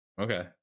Okay